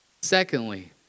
Secondly